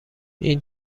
این